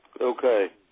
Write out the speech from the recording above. Okay